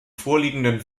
vorliegenden